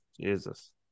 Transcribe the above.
Jesus